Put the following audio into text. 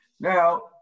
Now